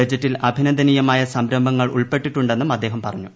ബജറ്റിൽ അഭിനന്ദനീയമായ സംരംഭങ്ങൾ ഉൾപ്പെട്ടിട്ടുണ്ടെന്നും അദ്ദേഹം പറഞ്ഞു